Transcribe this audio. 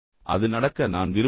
அது நடக்க நான் விரும்பவில்லை